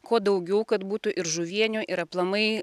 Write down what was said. kuo daugiau kad būtų ir žuvienių ir aplamai